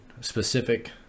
specific